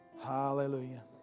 Hallelujah